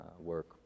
work